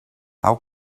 how